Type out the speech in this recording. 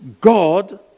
God